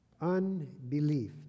unbelief